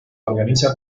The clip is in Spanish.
organiza